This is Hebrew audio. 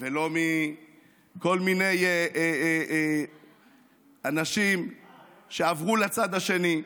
ולא מכל מיני אנשים שעברו לצד השני.